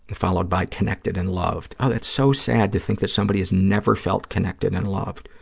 and followed by connected and loved. oh, that's so sad, to think that somebody has never felt connected and loved.